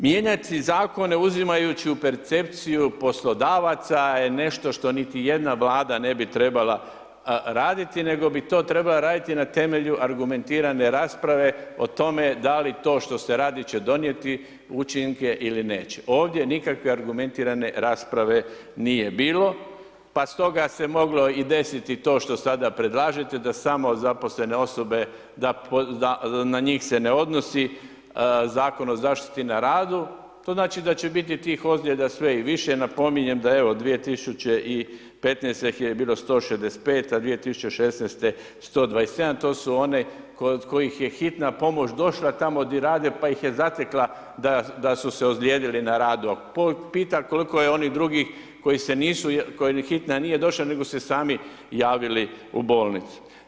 Mijenjati zakone uzimajući u percepciju poslodavaca je nešto što niti jedna vlada ne bi trebala raditi, nego bi to trebala raditi na temelju argumentirane rasprave o tome da li to što se radi će donijeti učinke ili neće, ovdje nikakve argumentirane rasprave nije bilo pa stoga se moglo i desiti to što sada predlažete da samo zaposlene osobe da na njih se ne odnosi zakon o zaštiti na radu, to znači da će bit tih ozljeda sve i više, napominjem da evo 2015. ih je bilo 165, a 2016. 127, to su one kod kojih je hitna pomoć došla tamo gdje rade pa ih je zatekla da su se ozlijedili na radu, a pitanje je koliko je onih drugih koje hitna nije došla, nego su se sami javili u bolnicu.